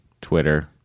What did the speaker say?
Twitter